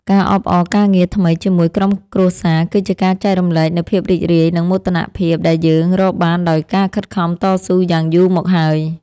ការអបអរការងារថ្មីជាមួយក្រុមគ្រួសារគឺជាការចែករំលែកនូវភាពរីករាយនិងមោទនភាពដែលយើងរកបានដោយការខិតខំតស៊ូយ៉ាងយូរមកហើយ។